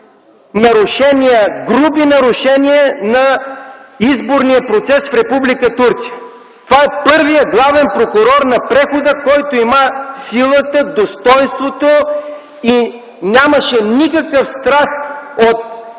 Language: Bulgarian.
груби нарушения на изборния процес в Република Турция. Това е първият главен прокурор на прехода, който има́ силата, достойнството и нямаше никакъв страх от